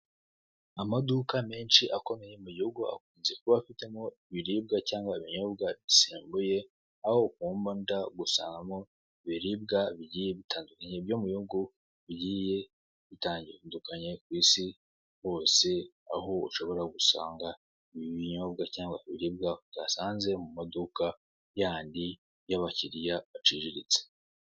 Amaduka menshi akomeye mu gihugu akunze kuba afitemo ibiribwa cyangwa ibinyobwa bisembuye, aho ukunda gusangamo ibiribwa bigiye bitandukanye byo mu bihugu bigiye bitandukanye ku isi hose, aho ushobora gusanga ibinyobwa cyangwa ibiribwa utasanze mu maduka yandi y'abakiriya baciriritse.